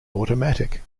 automatic